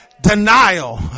Denial